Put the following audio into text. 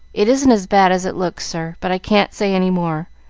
it isn't as bad as it looks, sir, but i can't say any more.